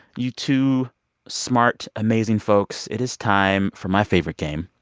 you two smart, amazing folks, it is time for my favorite game,